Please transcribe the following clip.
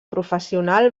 professional